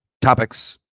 topics